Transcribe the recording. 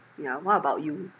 yeah what about you